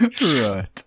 Right